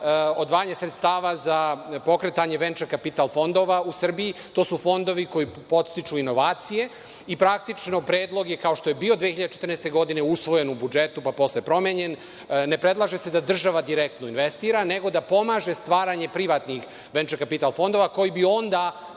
odvajanje sredstava za pokretanje „venture capital fondova“ u Srbiji. To su fondovi koji podstiču inovacije i praktično predlog, kao što je bio 2014. godine usvojen u budžetu, pa posle promenjen. Ne predlaže se da država direktno investira, nego da pomaže stvaranje privatnih „venture capital fondova“ koji bi onda